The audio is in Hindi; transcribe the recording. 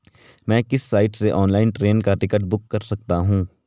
मैं किस साइट से ऑनलाइन ट्रेन का टिकट बुक कर सकता हूँ?